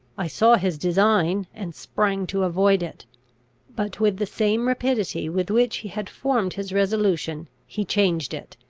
i saw his design, and sprang to avoid it but, with the same rapidity with which he had formed his resolution, he changed it,